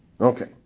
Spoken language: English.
Okay